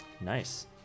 Nice